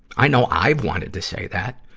i know i've wanted to say that.